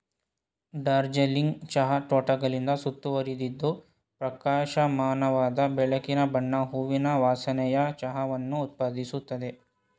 ಡಾರ್ಜಿಲಿಂಗ್ ಚಹಾ ತೋಟಗಳಿಂದ ಸುತ್ತುವರಿದಿದ್ದು ಪ್ರಕಾಶಮಾನವಾದ ಬೆಳಕಿನ ಬಣ್ಣ ಹೂವಿನ ವಾಸನೆಯ ಚಹಾವನ್ನು ಉತ್ಪಾದಿಸುತ್ತದೆ